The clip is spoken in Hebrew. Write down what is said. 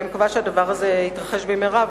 אני מקווה שהדבר הזה יתרחש במהרה,